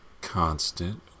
constant